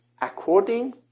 According